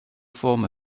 form